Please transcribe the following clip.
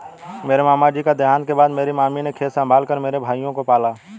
मेरे मामा जी के देहांत के बाद मेरी मामी ने खेत संभाल कर मेरे भाइयों को पाला